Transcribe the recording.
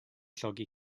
llogi